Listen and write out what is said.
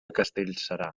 castellserà